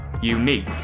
unique